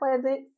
pleasant